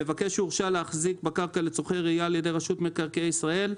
מבקש שהורשה להחזיק בקרקע לצורכי רעייה על-ידי רשות מקרקעי ישראל,